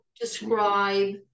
describe